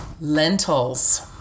Lentils